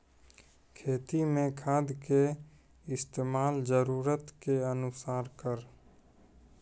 खेती मे खाद के इस्तेमाल जरूरत के अनुसार करऽ